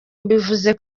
mbivuze